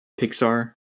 pixar